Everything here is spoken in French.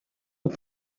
aux